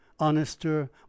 honester